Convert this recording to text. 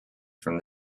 from